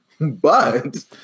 but-